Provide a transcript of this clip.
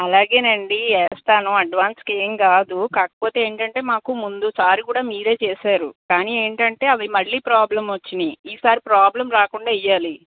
అలాగేనండి వేస్తాను అడ్వాన్స్కి ఏం కాదు కాకపోతే ఏంటంటే మాకు ముందు సారి కూడా మీరే చేశారు కానీ ఏంటంటే అవి మళ్ళీ ప్రాబ్లెమ్ వచ్చాయి ఈసారి ప్రాబ్లెమ్ రాకుండా వెయ్యాలి